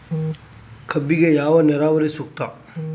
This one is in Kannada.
ಕಬ್ಬಿಗೆ ಯಾವ ನೇರಾವರಿ ಸೂಕ್ತ?